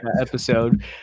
episode